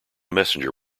messenger